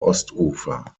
ostufer